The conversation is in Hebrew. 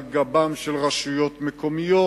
על גבם של ראשי רשויות מקומיות.